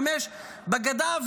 חמש בגדה,